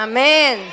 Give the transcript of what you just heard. Amen